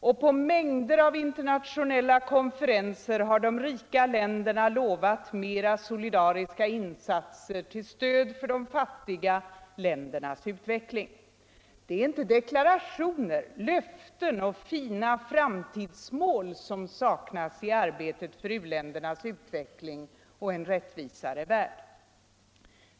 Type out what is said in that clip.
Och på mängder av internationella konferenser har de rika länderna lovat mera solidariska insatser till stöd för de fattiga ländernas utveckling. Det är inte deklarationer, löften och fina framtidsmål som saknats i arbetet för u-ländernas utveckling och för en rättvisare värld.